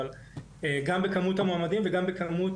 גם בכמות